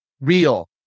real